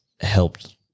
helped